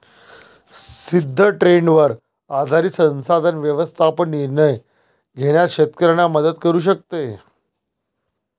सिद्ध ट्रेंडवर आधारित संसाधन व्यवस्थापन निर्णय घेण्यास शेतकऱ्यांना मदत करू शकते